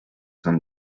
son